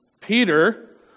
Peter